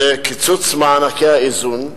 שזה קיצוץ מענקי האיזון.